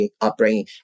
upbringing